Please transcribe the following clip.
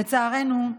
לצערנו,